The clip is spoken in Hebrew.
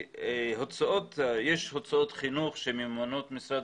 יש הוצאות חינוך שממומנות על ידי משרד